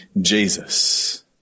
Jesus